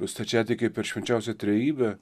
stačiatikiai per švenčiausią trejybę